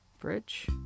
bridge